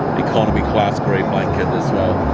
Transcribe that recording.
economy class grade blanket, as well.